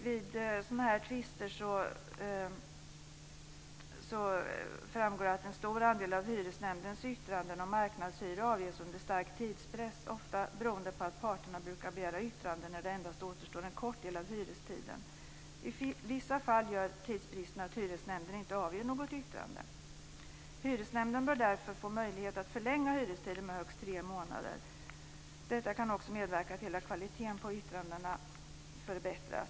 Vid sådana här tvister framgår det att en stor andel av hyresnämndens yttranden om marknadshyror avges under stark tidspress, ofta beroende på att parterna brukar begära yttrande när det endast återstår en kort del av hyrestiden. I vissa fall gör tidsbristen att hyresnämnden inte avger något yttrande. Hyresnämnden bör därför få möjlighet att förlänga hyrestiden med högst tre månader. Detta kan också medverka till att kvaliteten på yttrandena förbättras.